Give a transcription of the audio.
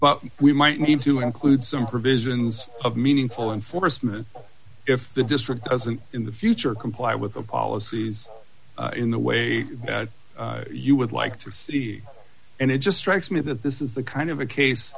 but we might need to include some provisions of meaningful enforcement if the district doesn't in the future comply with the policies in the way that you would like to study and it just strikes me that this is the kind of a case